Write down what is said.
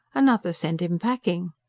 another send him packing.